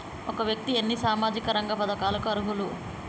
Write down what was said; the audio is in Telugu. ఒక వ్యక్తి ఎన్ని సామాజిక రంగ పథకాలకు అర్హులు?